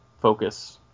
focus